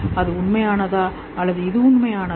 அது உண்மையானதா அல்லது இது உண்மையானதா